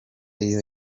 iyo